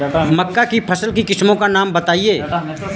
मक्का की फसल की किस्मों का नाम बताइये